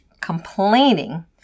complaining